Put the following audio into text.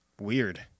weird